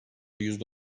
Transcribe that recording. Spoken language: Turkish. yüzde